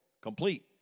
complete